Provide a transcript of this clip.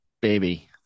baby